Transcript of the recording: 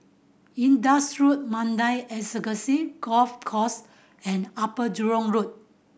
Indus Road Mandai Golf Course and Upper Jurong Road